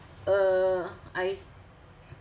uh I